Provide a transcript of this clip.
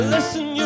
Listen